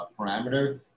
parameter